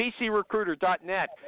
PCRecruiter.net